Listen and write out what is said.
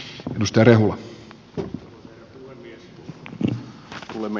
arvoisa herra puhemies